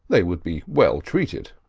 they would be well treated.